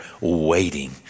waiting